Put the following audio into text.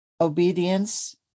obedience